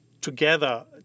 together